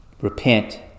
repent